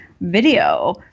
video